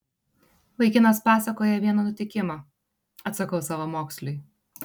vaikinas pasakoja vieną nutikimą atsakau savamoksliui